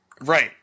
Right